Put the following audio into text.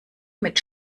mit